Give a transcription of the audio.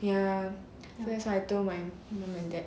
ya that's what I told my mum and dad